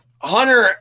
Hunter